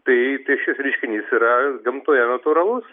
tai tai šis reiškinys yra gamtoje natūralus